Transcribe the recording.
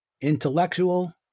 Intellectual